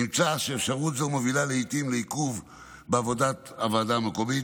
נמצא שאפשרות זו מובילה לעיתים לעיכוב בעבודת הוועדה המקומית,